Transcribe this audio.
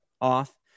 off